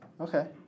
Okay